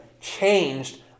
changed